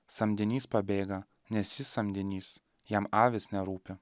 samdinys pabėga nes jis samdinys jam avys nerūpi